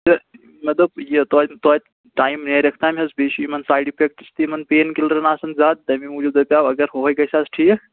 تہٕ مےٚ دوٚپ یہِ توتہِ توتہِ ٹایم نیرٮ۪س تام حظ بیٚیہِ چھِ یِمَن سایڈ اِفیکٹٕز تہِ یِمَن پین کِلرَن آسان زیادٕ تَمی موٗجوٗب دَپیو اگر ہُے گژھِ ہَس ٹھیٖک